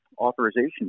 authorization